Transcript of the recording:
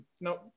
no